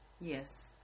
Yes